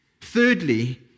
Thirdly